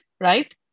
right